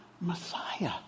messiah